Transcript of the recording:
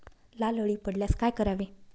लाल अळी पडल्यास काय करावे?